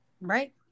Right